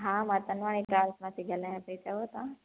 हा मा त नोएडा सां थी ॻाल्हायां पई चओ तव्हां